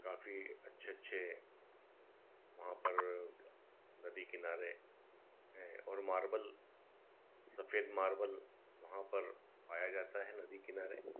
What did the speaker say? काफ़ी अच्छे अच्छे वहाँ पर नदी किनारे हैं और मार्बल सफ़ेद मार्बल वहाँ पर पाया जाता है नदी किनारे